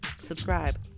subscribe